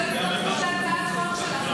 אז לא יצטרכו את הצעת החוק שלך.